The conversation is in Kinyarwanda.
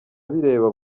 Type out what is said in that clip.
bireba